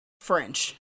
French